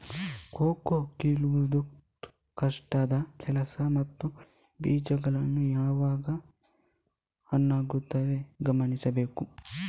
cocoa ಕೀಳುವುದು ಕಷ್ಟದ ಕೆಲಸ ಮತ್ತು ಬೀಜಗಳು ಯಾವಾಗ ಹಣ್ಣಾಗುತ್ತವೆ ಗಮನಿಸಬೇಕು